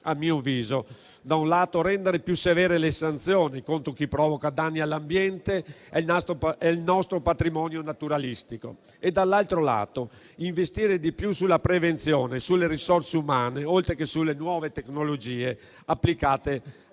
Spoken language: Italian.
A mio avviso, dobbiamo, da un lato, rendere più severe le sanzioni contro chi provoca danni all'ambiente e al nostro patrimonio naturalistico e, dall'altro, investire di più sulla prevenzione, sulle risorse umane, oltre che sulle nuove tecnologie applicate alla